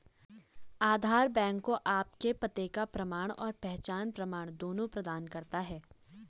आधार bank को आपके पते का प्रमाण और पहचान प्रमाण दोनों प्रदान करता है